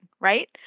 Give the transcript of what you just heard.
right